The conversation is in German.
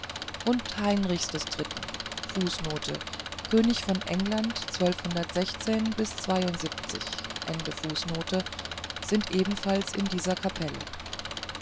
und heinrichs des dritten fußnote könig von sind ebenfalls in dieser kapelle